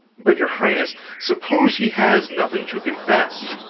but, your highness, suppose he has nothing to confess?